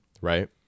right